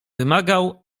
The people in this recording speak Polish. wymagał